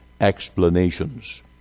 explanations